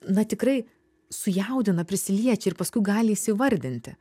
na tikrai sujaudina prisiliečia ir paskui gali įsivardinti